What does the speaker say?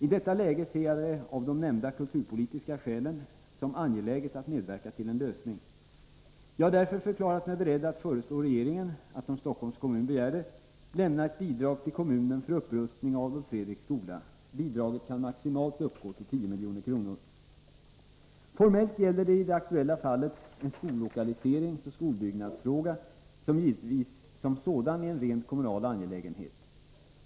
I detta läge ser jag det av de nämnda kulturpolitiska skälen som angeläget att medverka till en lösning. Jag har därför förklarat mig beredd att föreslå regeringen att, om Stockholms kommun begär det, lämna ett bidrag till kommunen för upprustning av Adolf Fredriks skola. Bidraget kan maximalt uppgå till 10 milj.kr. Formellt gäller det i det aktuella fallet en skollokaliseringsoch skolbyggnadsfråga, som givetvis som sådan är en rent kommunal angelägenhet.